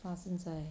发生在